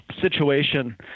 situation